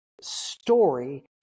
story